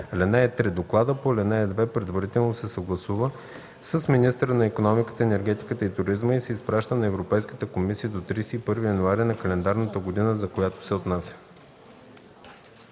(3) Докладът по ал. 2 предварително се съгласува с министъра на икономиката, енергетиката и туризма и се изпраща на Европейската комисия до 31 януари на календарната година, за която се отнася.”